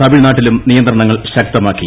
തമിഴ്നാട്ടിലും നിയന്ത്രണങ്ങൾ ശക്തമാക്കി